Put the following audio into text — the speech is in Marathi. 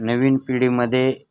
नवीन पिढीमध्ये